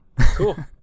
Cool